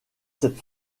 cette